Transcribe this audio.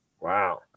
wow